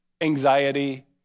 anxiety